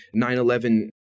9-11